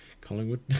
Collingwood